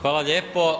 Hvala lijepo.